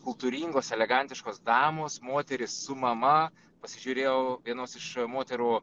kultūringos elegantiškos damos moteris su mama pasižiūrėjau vienos iš moterų